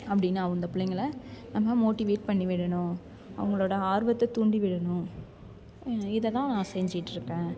அப்படினு அந்த பிள்ளைங்களை நம்ம மோட்டிவேட் பண்ணிவிடணும் அவங்களோட ஆர்வத்தை தூண்டிவிடணும் இதை தான் செஞ்சிட்டுருக்கேன்